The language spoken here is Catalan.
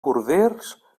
corders